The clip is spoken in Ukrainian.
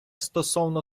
стосовно